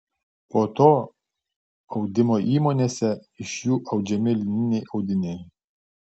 po to audimo įmonėse iš jų audžiami lininiai audiniai